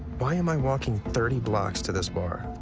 why am i walking thirty blocks to this bar?